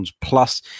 plus